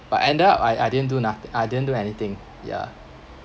but end up I I didn't do nothing I didn't do anything ya